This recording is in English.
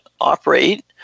operate